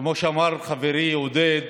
כמו שאמר חברי עודד,